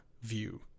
view